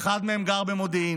ואחד מהם גר במודיעין,